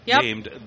named